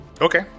Okay